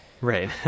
right